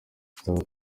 tuzaba